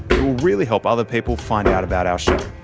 it will really help other people find out about our show.